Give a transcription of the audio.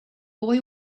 boy